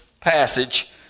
passage